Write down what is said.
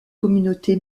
communauté